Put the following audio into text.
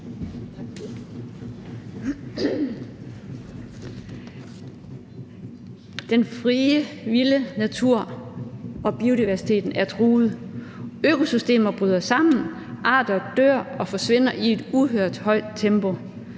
Den frie, vilde natur og biodiversiteten er truet, økosystemer bryder sammen, arter uddør og forsvinder i et uhørt højt tempo.